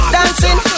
Dancing